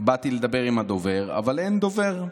באתי לדבר עם הדובר, אבל אין דובר,